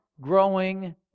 growing